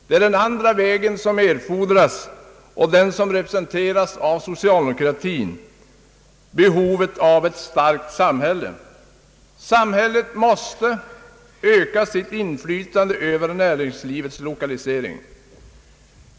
Det är den andra vägen som erfordras, den som representeras av socialdemokratin — behovet av ett starkt samhälle. Samhället måste öka sitt inflytande över näringslivets lokalisering.